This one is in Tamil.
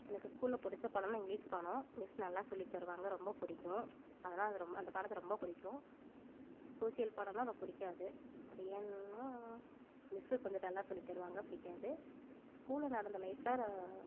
எனக்கு ஸ்கூலில் புடித்த பாடம்னா இங்கிலிஷ் பாடம் மிஸ் நல்லா சொல்லித் தருவாங்க ரொம்ப பிடிக்கும் அதனால ரொம்ப அந்த பாடத்தை ரொம்ப பிடிக்கும் சோசியல் பாடம்னா எனக்கு பிடிக்காது அது ஏன்னா மிஸ்ஸு கொஞ்சம் டல்லா சொல்லித் தருவாங்க பிடிக்காது ஸ்கூலு நடந்த லைஃப்லாம் நான்